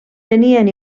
tenien